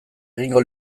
egingo